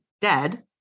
dead